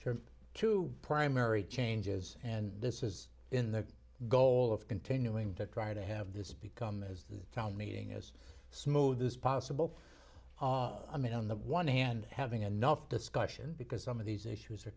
are two primary changes and this is in the goal of continuing to try to have this become is the town meeting as smooth as possible i mean on the one hand having enough discussion because some of these issues are